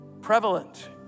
prevalent